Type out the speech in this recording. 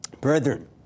Brethren